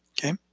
Okay